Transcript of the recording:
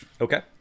Okay